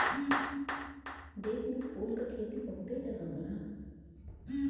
देश में फूल के खेती बहुते जगह होला